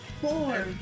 Four